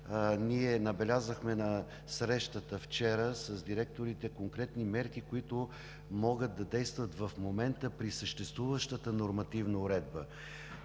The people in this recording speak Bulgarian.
вчера набелязахме на срещата с директорите конкретни мерки, които могат да действат в момента при съществуващата нормативна уредба.